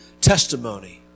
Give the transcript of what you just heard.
testimony